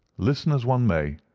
listen as one may,